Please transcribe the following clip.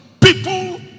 People